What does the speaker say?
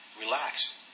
relax